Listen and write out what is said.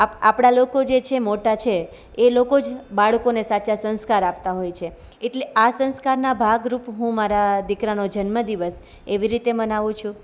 આપણા લોકો જે છે મોટા છે એ લોકો જ બાળકોને સાચા સંસ્કાર આપતા હોય છે એટલે આ સંસ્કારના ભાગરૂપ હું મારા દીકરાનો જન્મદિવસ એવી રીતે મનાવું છું